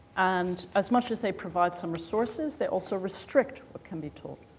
and as much as they provide some resources, they also restrict what can be told